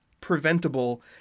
preventable